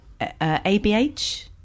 ABH